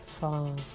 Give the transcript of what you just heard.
fall